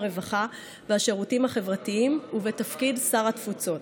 הרווחה והשירותים החברתיים ובתפקיד שר התפוצות.